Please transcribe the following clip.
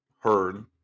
heard